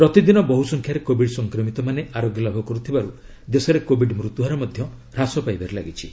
ପ୍ରତିଦିନ ବହୁସଂଖ୍ୟାରେ କୋବିଡ୍ ସଂକ୍ରମିତମାନେ ଆରୋଗ୍ୟଲାଭ କରୁଥିବାରୁ ଦେଶରେ କୋବିଡ୍ ମୃତ୍ୟୁହାର ମଧ୍ୟ ହ୍ରାସ ପାଇବାରେ ଲାଗିଛି